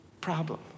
problem